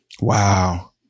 Wow